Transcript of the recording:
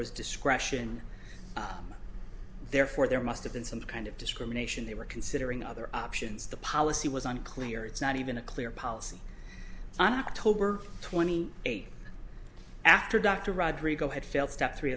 was discretion therefore there must have been some kind of discrimination they were considering other options the policy was unclear it's not even a clear policy on october twenty eighth after dr rodriguez had failed step three